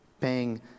paying